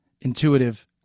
intuitive